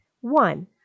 One